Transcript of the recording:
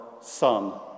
Son